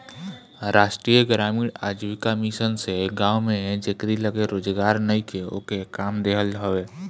राष्ट्रीय ग्रामीण आजीविका मिशन से गांव में जेकरी लगे रोजगार नईखे ओके काम देहल हवे